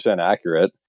accurate